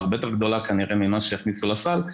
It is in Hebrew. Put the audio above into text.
הרבה יותר גדולה כנראה ממה שהכניסו לסל.